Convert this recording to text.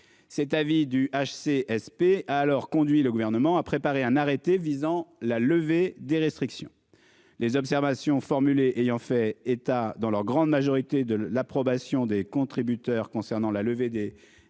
Cet avis du HCSP alors conduit le gouvernement a préparé un arrêté visant la levée des restrictions. Les observations formulées ayant fait état dans leur grande majorité, de l'approbation des contributeurs concernant la levée des restrictions